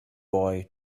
boy